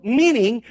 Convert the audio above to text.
meaning